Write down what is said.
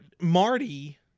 Marty